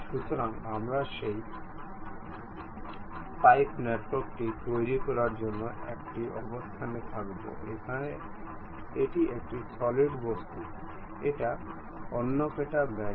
সুতরাং আমরা সেই পাইপ নেটওয়ার্ক টি তৈরি করার জন্য একটি অবস্থানে থাকব এখানে এটি একটি সলিড বস্তু এটা অনেকটা বেন্ট